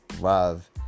love